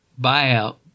buyout